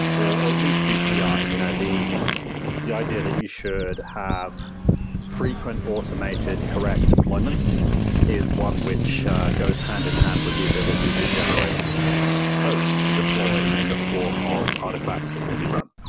or at least through ci. ah you know the the idea that you should have frequent automated correct deployments is one which goes hand-in-hand with the ability to generate code to deploy in the form of artifacts that can be run.